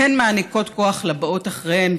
והן מעניקות כוח לבאות אחריהן,